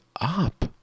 up